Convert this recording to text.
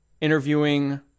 interviewing